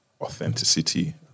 authenticity